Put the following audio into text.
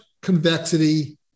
convexity